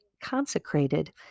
consecrated